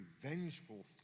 vengeful